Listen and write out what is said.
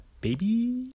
baby